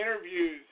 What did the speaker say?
interviews